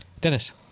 Dennis